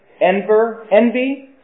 envy